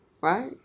right